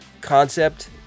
concept